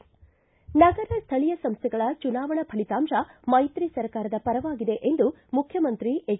ನಗರ ಸ್ಥಳೀಯ ಸಂಸ್ಥೆಗಳ ಚುನಾವಣಾ ಫಲಿತಾಂಶ ಮೈತ್ರಿ ಸರ್ಕಾರದ ಪರವಾಗಿದೆ ಎಂದು ಮುಖ್ಯಮಂತ್ರಿ ಎಚ್